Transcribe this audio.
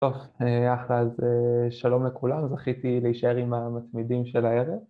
‫טוב, אחלה אז שלום לכולם, ‫זכיתי להישאר עם המתמידים של הערב.